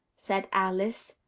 said alice,